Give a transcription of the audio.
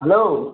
hello